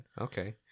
Okay